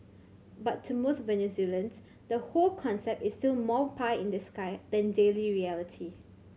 but to most Venezuelans the whole concept is still more pie in the sky than daily reality